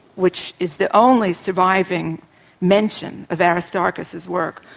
which is the only surviving mention of ah aristarchus's work,